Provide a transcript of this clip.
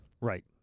Right